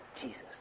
Jesus